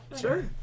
Sure